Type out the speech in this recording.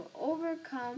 overcome